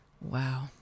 Wow